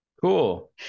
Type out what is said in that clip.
Cool